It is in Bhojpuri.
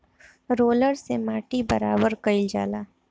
रोलर से माटी बराबर कइल जाला